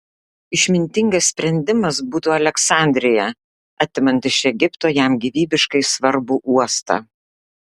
išmintingas sprendimas būtų aleksandrija atimant iš egipto jam gyvybiškai svarbų uostą